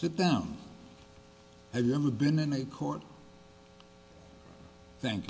sit down have you ever been in a court th